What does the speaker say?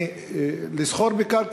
לסחור בקרקע,